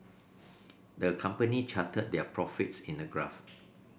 the company charted their profits in a graph